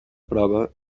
prova